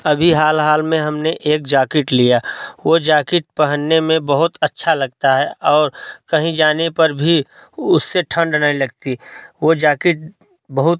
अभी हाल हाल में हमने एक जाकिट लिया वो जाकिट पहनने में बहुत अच्छा लगता है और कहीं जाने पर भी उससे ठंड नहीं लगती वो जाकिट बहुत